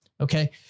Okay